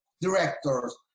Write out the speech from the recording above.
directors